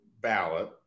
ballot